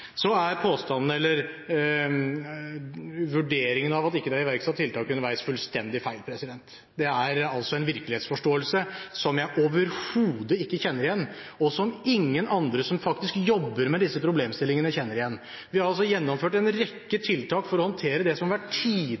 av at det ikke er iverksatt tiltak underveis, er fullstendig feil. Det er en virkelighetsforståelse jeg overhodet ikke kjenner igjen, og som ingen andre som faktisk jobber med disse problemstillingene, kjenner igjen. Vi har gjennomført en rekke tiltak for å håndtere det som har